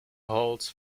holds